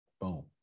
boom